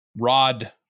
rod